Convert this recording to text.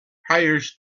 hires